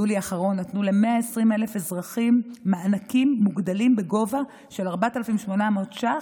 ביולי האחרון נתנו ל-120,000 אזרחים מענקים מוגדלים בגובה של 4,800 ש"ח,